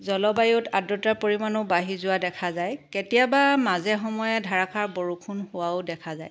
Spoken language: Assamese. জলবায়ুত আদ্ৰতাৰ পৰিমাণো বাঢ়ি যোৱা দেখা যায় কেতিয়াবা মাজে সময়ে ধাৰাষাৰ বৰষুণ হোৱাও দেখা যায়